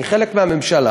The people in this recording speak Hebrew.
אני חלק מהממשלה,